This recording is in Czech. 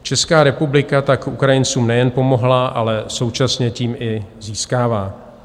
Česká republika tak Ukrajincům nejen pomohla, ale současně tím i získává.